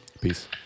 Peace